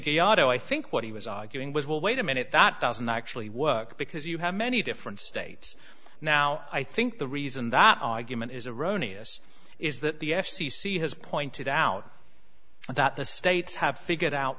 gatto i think what he was arguing was well wait a minute that doesn't actually work because you have many different states now i think the reason that argument is erroneous is that the f c c has pointed out that the states have figured out